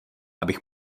abych